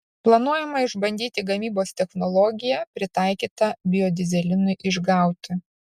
planuojama išbandyti gamybos technologiją pritaikytą biodyzelinui išgauti